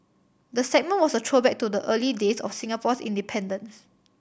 the segment was a throwback to the early days of Singapore's independence